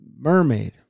Mermaid